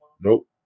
Nope